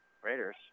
Raiders